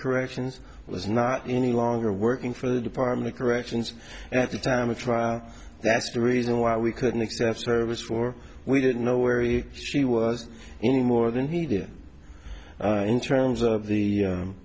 corrections was not any longer working for the department of corrections at the time of trial that's the reason why we couldn't accept service for we didn't know where she was any more than he did in terms of